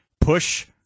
push